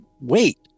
wait